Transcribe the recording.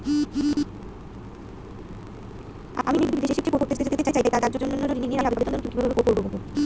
আমি বিদেশে পড়তে যেতে চাই তার জন্য ঋণের আবেদন কিভাবে করব?